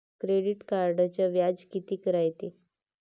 Credit कार्डचं व्याज कितीक रायते?